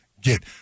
get